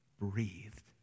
breathed